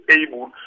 able